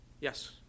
yes